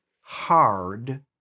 hard